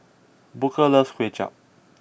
Booker loves kway chap